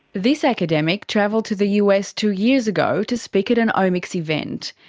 this academic travelled to the us two years ago to speak at an omics event.